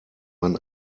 man